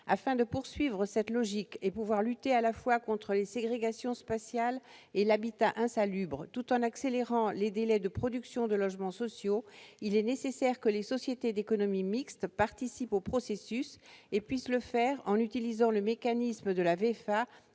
Afin de poursuivre cette logique et de pouvoir lutter à la fois contre les ségrégations spatiales et l'habitat insalubre, tout en accélérant les délais de production de logements sociaux, il est nécessaire que les sociétés d'économie mixte participent au processus et puissent le faire en utilisant le mécanisme de la